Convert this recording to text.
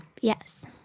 Yes